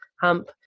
hump